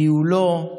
ניהולו,